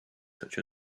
such